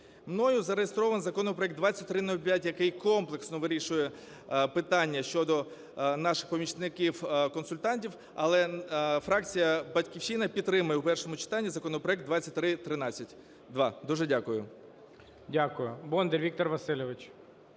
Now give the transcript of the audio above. Мною зареєстрований законопроект 2305, який комплексно вирішує питання щодо наших помічників-консультантів. Але фракція "Батьківщина" підтримує в першому читанні законопроект 2313-2. Дуже дякую. ГОЛОВУЮЧИЙ. Дякую. Бондар Віктор Васильович.